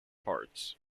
parts